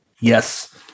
Yes